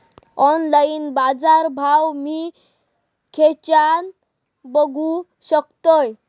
Online बाजारभाव मी खेच्यान बघू शकतय?